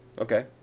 Okay